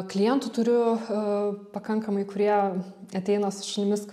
klientų turiu pakankamai kurie ateina su šunimis